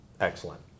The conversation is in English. excellent